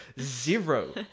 Zero